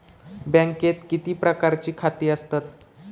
बँकेत किती प्रकारची खाती असतत?